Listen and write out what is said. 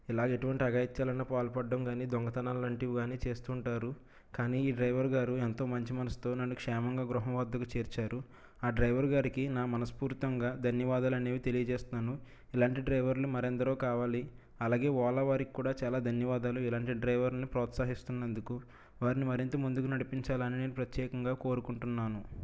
ఇలా ఎటువంటి అఘాయిత్యాలు పాల్పడడం కానీ దొంగతనాలాంటివి కాని చేస్తుంటారు కానీ ఈ డ్రైవర్ గారు ఎంతో మంచి మనసుతో నన్ను క్షేమంగా గృహం వద్దకు చేర్చారు ఆ డ్రైవర్ గారికి నా మనస్పూర్తిగా ధన్యవాదాలు అనేవి తెలియజేస్తున్నాను ఇలాంటి డ్రైవర్లు మరెందరో కావాలి అలాగే ఓలా వారికి కూడా చాలా ధన్యవాదాలు ఇలాంటి డ్రైవర్లను ప్రోత్సహిస్తున్నందుకు వారిని మరింత ముందుకు నడిపించాలని నేను ప్రత్యేకంగా కోరుకుంటున్నాను